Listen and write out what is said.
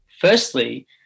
firstly